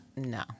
No